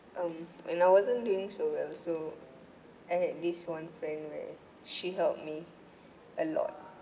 um when I wasn't doing so well so I had this one friend where she helped me a lot